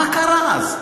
מה קרה אז?